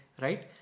Right